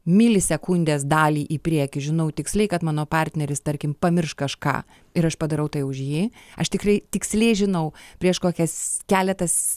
milisekundės dalį į priekį žinau tiksliai kad mano partneris tarkim pamirš kažką ir aš padarau tai už jį aš tikrai tiksliai žinau prieš kokias keletas